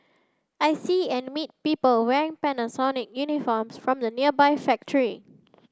I see and meet people wearing Panasonic uniforms from the nearby factory